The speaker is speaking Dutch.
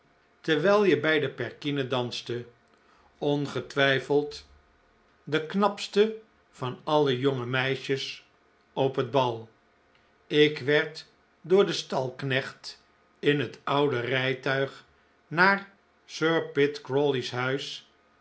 terwijl je bij de perkinen danste ongetwijfeld de knapste van alle jonge meisjes op het bal ik werd door den stalknecht in het oude rijtuig naar sir pitt crawley's huis